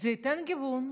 זה ייתן גיוון,